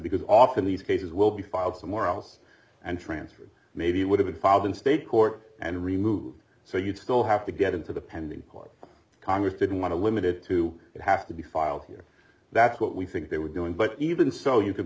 because often these cases will be filed somewhere else and transferred maybe it would have been filed in state court and removed so you'd still have to get into the pending court congress didn't want to limit it to have to be filed here that's what we think they were doing but even so you can